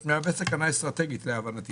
להבנתי